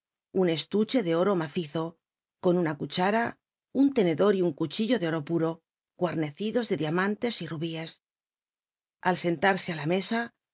un estuche ele oro macizo con una cuchara un tenedor y un cuchillo de oro puro guarnecidos de diamantes y rubíes al scnt rsc it la mesa